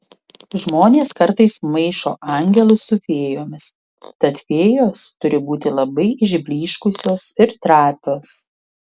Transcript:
žmonės kartais maišo angelus su fėjomis tad fėjos turi būti labai išblyškusios ir trapios